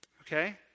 okay